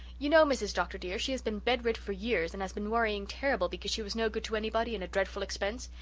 you know, mrs. dr. dear, she has been bed-rid for years and she has been worrying terrible because she was no good to anybody and a dreadful expense,